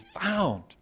found